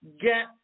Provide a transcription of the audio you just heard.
get